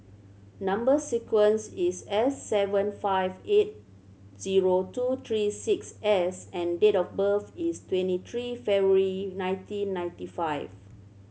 number sequence is S seven five eight zero two three six S and date of birth is twenty three February nineteen ninety five